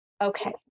Okay